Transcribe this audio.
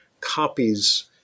copies